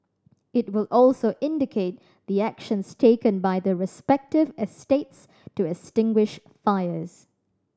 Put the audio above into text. it will also indicate the actions taken by the respective estates to extinguish fires